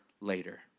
later